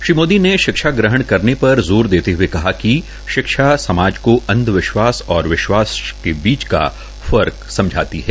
श्रीमोदी ने शिक्षा ग्रहण करने पर जोर देते हए कहा कि शिक्षा समाज को अंधविश्वास और विश्वास का फर्क समझाती है